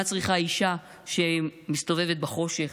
מה צריכה אישה שמסתובבת בחושך,